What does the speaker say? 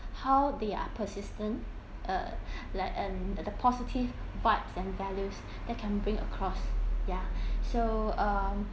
how they are persistent uh like (uh)and the positive parts and values that can bring across yeah so so um